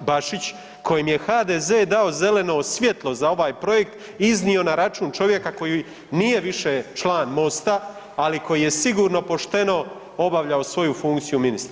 Bašić kojem je HDZ dao zeleno svjetlo za ovaj projekt iznio na račun čovjeka koji nije više član MOST-a, ali koji je sigurno pošteno obavljao svoju funkciju ministra.